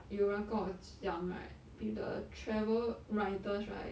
有人跟我讲 right be the travel writers right